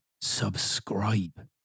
subscribe